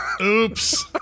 Oops